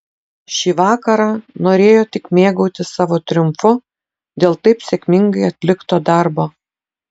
šį vakarą norėjo tik mėgautis savo triumfu dėl taip sėkmingai atlikto darbo